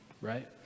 right